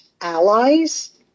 allies